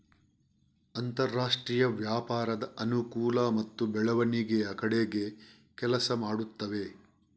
ಅಂತರಾಷ್ಟ್ರೀಯ ವ್ಯಾಪಾರದ ಅನುಕೂಲ ಮತ್ತು ಬೆಳವಣಿಗೆಯ ಕಡೆಗೆ ಕೆಲಸ ಮಾಡುತ್ತವೆ